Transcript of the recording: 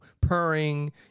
purring